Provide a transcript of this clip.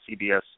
CBS